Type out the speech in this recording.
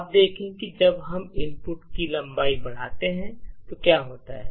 अब देखें कि जब हम इनपुट की लंबाई बढ़ाते हैं तो क्या होता है